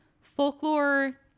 folklore